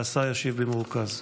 והשר ישיב במרוכז.